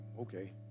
okay